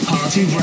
Party